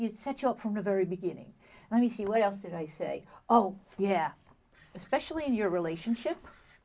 you set you up from the very beginning let me see what else did i say oh yeah especially in your relationship